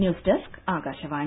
news desk Akashvani